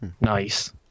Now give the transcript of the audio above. Nice